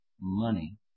Money